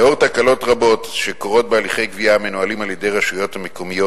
לאור תקלות רבות הקורות בהליכי גבייה המנוהלים על-ידי הרשויות המקומיות,